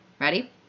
Ready